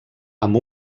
amb